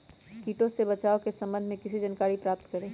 किटो से बचाव के सम्वन्ध में किसी जानकारी प्राप्त करें?